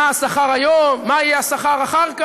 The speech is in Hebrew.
מה השכר היום, מה יהיה השכר אחר כך?